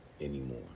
anymore